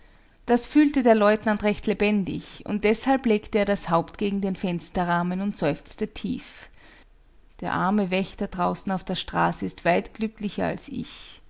das fühlte der leutnant recht lebendig und deshalb legte er das haupt gegen den fensterrahmen und seufzte tief der arme wächter draußen auf der straße ist weit glücklicher als ich